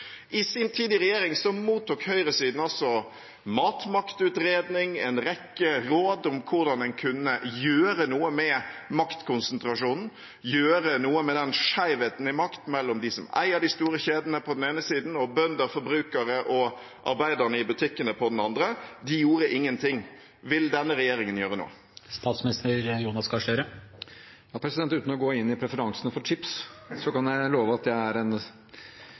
I sin tid i regjering mottok høyresiden en matmaktutredning – en rekke råd om hvordan en kunne gjøre noe med maktkonsentrasjonen, og gjøre noe med skjevheten i makt mellom de som eier de store kjedene på den ene siden, og bønder, forbrukere og arbeiderne i butikkene på den andre. De gjorde ingenting. Vil denne regjeringen gjøre noe? Uten å gå inn i preferansene for chips – jeg holder meg til Sørlandschips for min del, men også der er